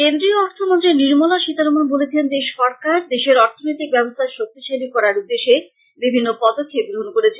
কেন্দ্রীয় অর্থ মন্ত্রী নির্মলা সীতারমন বলেছেন যে সরকার দেশের অর্থনৈতিক ব্যবস্থা শক্তিশালী করার উদ্দেশ্যে বিভিন্ন পদক্ষেপ গ্রহন করেছে